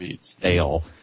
stale